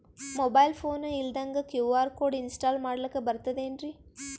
Mobile phone ಇಲ್ದಂಗ QR code install ಮಾಡ್ಲಕ ಬರ್ತದೇನ್ರಿ?